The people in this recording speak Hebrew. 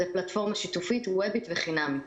זו פלטפורמה שיתופית, וובית וחינמית